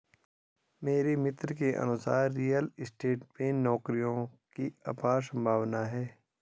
मेरे मित्र के अनुसार रियल स्टेट में नौकरियों की अपार संभावना है